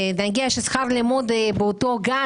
ולא דיברנו על כך שבנק ישראל מעלה את הריבית,